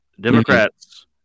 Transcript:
Democrats